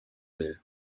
will